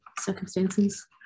circumstances